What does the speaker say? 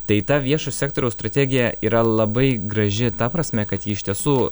tai ta viešo sektoriaus strategija yra labai graži ta prasme kad ji iš tiesų